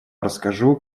расскажу